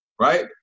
right